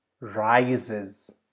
rises